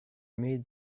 made